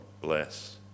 bless